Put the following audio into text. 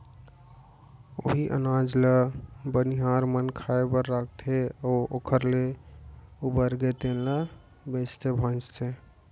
उहीं अनाज ल बनिहार मन खाए बर राखथे अउ ओखर ले उबरगे तेन ल बेचथे भांजथे